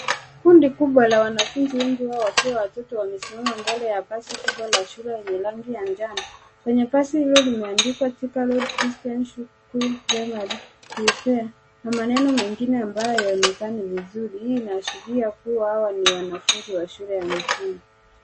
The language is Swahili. Kundi kubwa la wanafunzi wengi wakiwa watoto wamesimama mbele ya basi kubwa la shule lenye rangi ya njano. kwenye basi hiyo limeandikwa thika road christian preschool reverend prepare na maneno mengine ambayo yaonekani vizuri. Hii inaashiria kuwa hawa ni wanafunzi wa shule ya msingi.